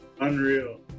Unreal